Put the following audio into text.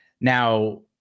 Now